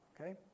okay